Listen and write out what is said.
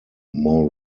more